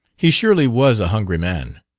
he surely was a hungry man!